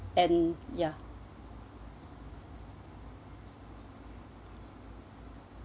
and ya